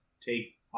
take